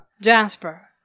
Jasper